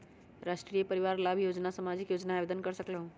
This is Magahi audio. राष्ट्रीय परिवार लाभ योजना सामाजिक योजना है आवेदन कर सकलहु?